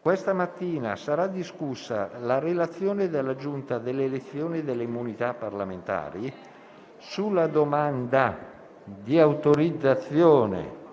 Questa mattina sarà discussa la relazione della Giunta delle elezioni e delle immunità parlamentari sulla domanda di autorizzazione